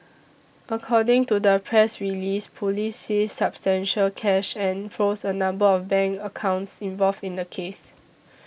according to the press release police seized substantial cash and froze a number of bank accounts involved in the case